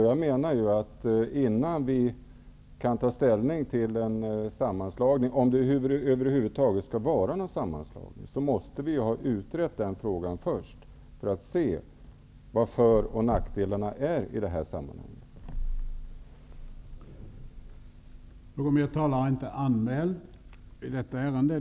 Jag menar att vi, innan vi kan ta ställning till en sammanslagning, om det över huvud taget skall vara någon sammanslagning, måste ha utrett den frågan för att se vilka för och nackdelarna i sammanhanget är.